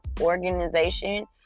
organization